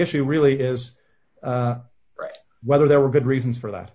issue really is whether there were good reasons for that